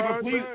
please